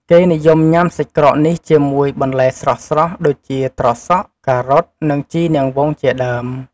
គេនិយមញ៉ាំសាច់ក្រកនេះជាមួយ បន្លែស្រស់ៗ ដូចជាត្រសក់ ការ៉ុត និងជីនាងវងជាដើម។